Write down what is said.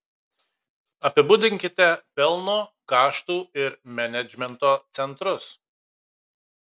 apibūdinkite pelno kaštų ir menedžmento centrus